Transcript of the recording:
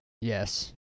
yes